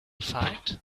fight